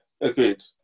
agreed